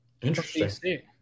Interesting